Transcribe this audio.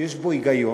שיש בו היגיון,